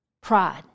pride